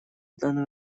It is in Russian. данный